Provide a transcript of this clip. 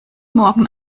morgen